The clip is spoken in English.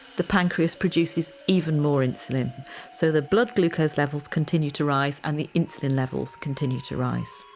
the pancreas produces even more insulin so the blood glucose levels continue to rise and the insulin levels continue to rise.